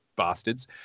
bastards